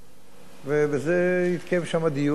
יתקיים דיון, בטח ביתר פירוט מאשר הוא התקיים פה.